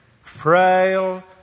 frail